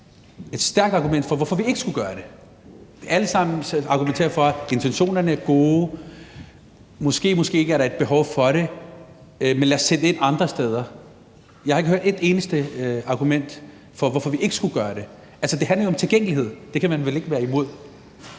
et stærkt argument for, hvorfor vi ikke skulle gøre det. Alle argumenterer for, at intentionerne er gode. Måske er der et behov for det, måske ikke, men lad os sætte ind andre steder. Jeg har ikke hørt et eneste argument for, hvorfor vi ikke skulle gøre det. Det handler om tilgængelighed. Det kan man vel ikke være imod.